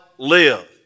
Live